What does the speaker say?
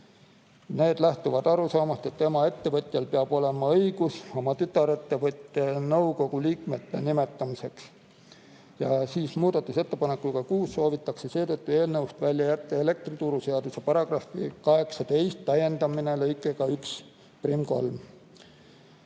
Need lähtuvad arusaamast, et emaettevõtjal peab olema õigus oma tütarettevõtte nõukogu liikmete nimetamiseks. Muudatusettepanekuga nr 6 soovitakse seetõttu eelnõust välja jätta elektrituruseaduse § 18 täiendamine lõikega 13,